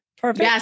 Perfect